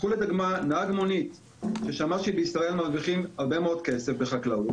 קחו לדוגמה נהג מונית ששמע שבישראל מרוויחים הרבה מאוד כסף בחקלאות,